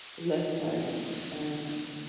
less violent, and